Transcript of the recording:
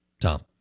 Tom